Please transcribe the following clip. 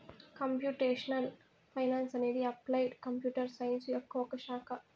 computational finance అనేది applied computer science యొక్క ఒక శాఖ